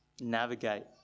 navigate